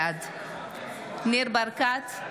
בעד ניר ברקת,